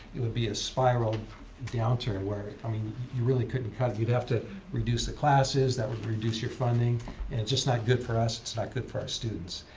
it would be a spiral downturn. i mean, you really couldn't cut it. you'd have to reduce the classes. that would reduce your funding. and it's just not good for us. it's not good for our students.